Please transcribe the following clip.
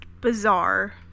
bizarre